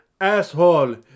asshole